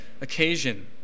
occasion